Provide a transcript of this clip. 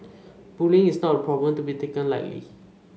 bullying is not a problem to be taken lightly